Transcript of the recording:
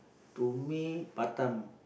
to me Batam